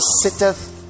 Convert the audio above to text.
sitteth